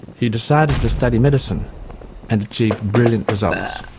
he decided to study medicine and achieved brilliant results.